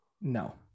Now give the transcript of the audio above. No